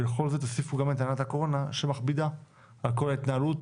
לכל זה תוסיפו גם את עננת הקורונה שמכבידה על כל ההתנהלות